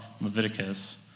Leviticus